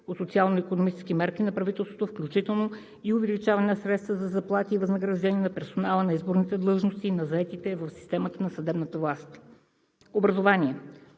от социално-икономически мерки на правителството, включително и увеличение на средствата за заплати и възнаграждения на персонала за изборните длъжности и за заетите в системата на съдебната власт. Образование